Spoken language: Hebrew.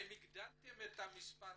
האם הגדלתם את מספר